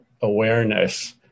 awareness